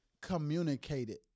communicated